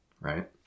right